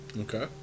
Okay